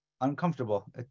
uncomfortable